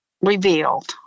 revealed